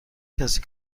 کسی